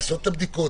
לעשות את הבדיקות,